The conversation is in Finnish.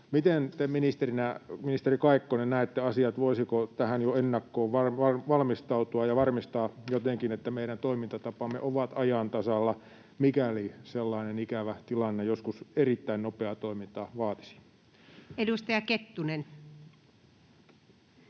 Miten te, ministeri Kaikkonen, näette asiat: voisiko tähän jo ennakkoon valmistautua ja varmistaa jotenkin, että meidän toimintatapamme ovat ajan tasalla, mikäli sellainen ikävä tilanne joskus erittäin nopeaa toimintaa vaatisi? [Speech